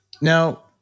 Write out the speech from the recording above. Now